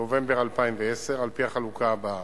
נובמבר 2010, על-פי החלוקה הבאה: